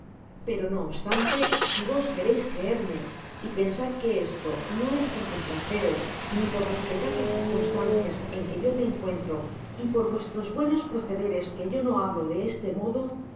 pero no obstante si vos quereis creerme y pensar que esto no es por complaceros ni por respetar las circunstancias en que yo me encuentro y por vuestros buenos pro cederes que yo no hablo de este modo